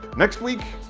next week,